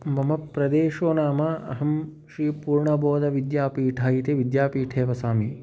मम प्रदेशस्य नाम अहं श्रीपूर्णबोधविद्यापीठम् इति विद्यापीठे वसामि